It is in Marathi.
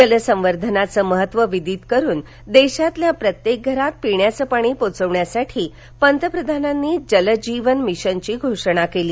जल संवर्धनाचं महत्व विदित करून देशातल्या प्रत्येक घरात पिण्याचं पाणी पोचवण्यासाठी पंतप्रधानांनी जल जीवन मिशनची घोषणा केली